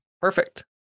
perfect